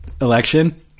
election